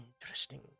interesting